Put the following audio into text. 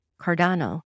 Cardano